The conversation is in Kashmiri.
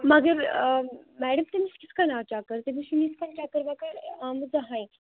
مگر میڈم تٔمس کِتھ کٔنۍ آو چَکَر تٔمس چھنہٕ اِتھ کٔنۍ چَکر وَکر آمُت زَہٕنۍ